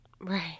right